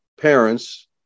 parents